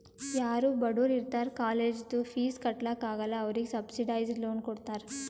ಯಾರೂ ಬಡುರ್ ಇರ್ತಾರ ಕಾಲೇಜ್ದು ಫೀಸ್ ಕಟ್ಲಾಕ್ ಆಗಲ್ಲ ಅವ್ರಿಗೆ ಸಬ್ಸಿಡೈಸ್ಡ್ ಲೋನ್ ಕೊಡ್ತಾರ್